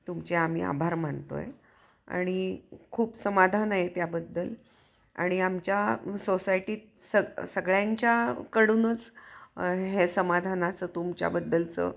तुमचे आम्ही आभार मानतो आहे आणि खूप समाधान आहे त्याबद्दल आणि आमच्या सोसायटीत सग सगळ्यांच्याकडूनच हे समाधानाचं तुमच्याबद्दलचं